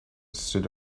stood